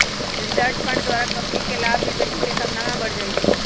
research fund द्वारा company के लाभ में वृद्धि के संभावना बढ़ जाइ छइ